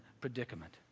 predicament